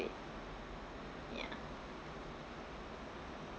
ya